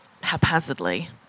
haphazardly